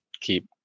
keep